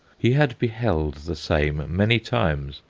he had beheld the same many times,